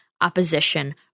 opposition